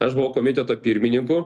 aš buvau komiteto pirmininku